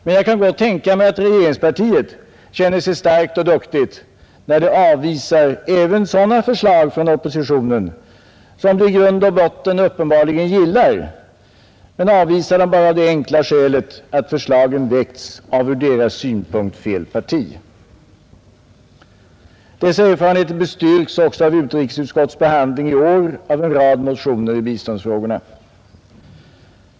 Men jag kan gott tänka mig att regeringspartiet känner sig starkt och duktigt när det avvisar även sådana förslag från oppositionen, som det i grund och botten uppenbarligen gillar, bara av det enkla skälet att förslagen väckts av ur dess synpunkt fel parti. Dessa erfarenheter bestyrks också av utrikesutskottets behandling i år av en rad motioner i biståndsfrågan.